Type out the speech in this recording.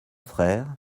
frères